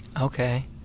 okay